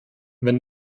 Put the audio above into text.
wenn